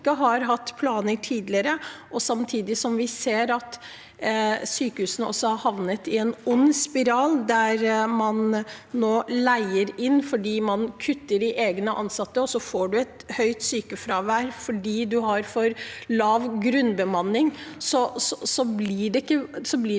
har hatt planer tidligere, vi samtidig ser at sykehusene også har havnet i en ond spiral der man leier inn fordi man kutter i antallet egne ansatte, og man får et høyt sykefravær fordi man har for lav grunnbemanning, så blir det ikke lett